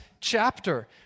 chapter